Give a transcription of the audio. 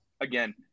Again